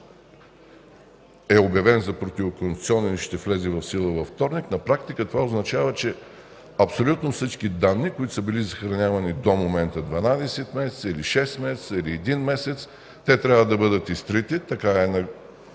е обявен за противоконституционен и ще влезе в сила във вторник. Това означава, че абсолютно всички данни, които са били съхранявани до момента – 12 или 6 месеца, или 1 месец, трябва да бъдат изтрити. Така е